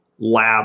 Lab